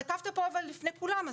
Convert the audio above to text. נקבת פה במספר לפני כולם,